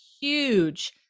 huge